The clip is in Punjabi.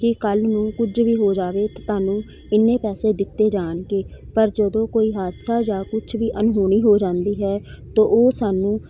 ਕਿ ਕੱਲ੍ਹ ਨੂੰ ਕੁਝ ਵੀ ਹੋ ਜਾਵੇ ਤਾਂ ਤੁਹਾਨੂੰ ਇੰਨੇ ਪੈਸੇ ਦਿੱਤੇ ਜਾਣਗੇ ਪਰ ਜਦੋਂ ਕੋਈ ਹਾਦਸਾ ਜਾਂ ਕੁਝ ਵੀ ਅਣਹੋਣੀ ਹੋ ਜਾਂਦੀ ਹੈ ਤਾਂ ਉਹ ਸਾਨੂੰ